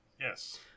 Yes